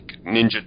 Ninja